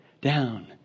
down